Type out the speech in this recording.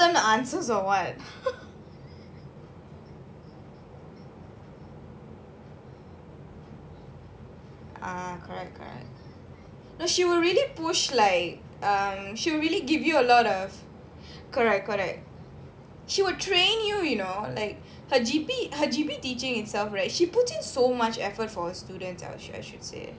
does she tell them the answers or what correct correct no she will really push like um she will really give you a lot of correct correct she would train you you know like her G_P her G_P teaching itself right she put in so much effort for her students I should say